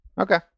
Okay